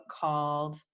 called